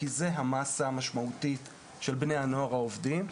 כי זה המסה המשמעותית של בני הנוער העובדים,